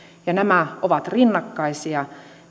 nämä ovat rinnakkaisia